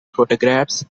photographs